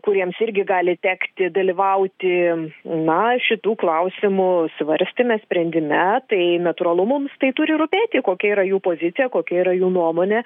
kuriems irgi gali tekti dalyvauti na šitų klausimų svarstyme sprendime tai natūralu mums tai turi rūpėti kokia yra jų pozicija kokia yra jų nuomonė